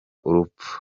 urupfu